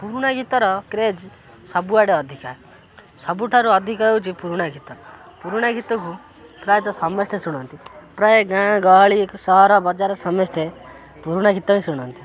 ପୁରୁଣା ଗୀତର କ୍ରେଜ ସବୁଆଡ଼େ ଅଧିକା ସବୁଠାରୁ ଅଧିକ ହେଉଛି ପୁରୁଣା ଗୀତ ପୁରୁଣା ଗୀତକୁ ପ୍ରାୟତଃ ସମସ୍ତେ ଶୁଣନ୍ତି ପ୍ରାୟ ଗାଁ ଗହଳି ସହର ବଜାର ସମସ୍ତେ ପୁରୁଣା ଗୀତ ହିଁ ଶୁଣନ୍ତି